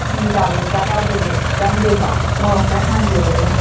ꯁꯤꯡꯖꯨ ꯆꯥꯕꯗ ꯆꯥꯛ ꯌꯥꯎꯗ꯭ꯔꯗꯤ ꯆꯪꯗꯦꯕ ꯃꯣꯔꯣꯛ ꯈꯔ ꯁꯥꯍꯟꯁꯦꯕ ꯑꯗꯨꯒ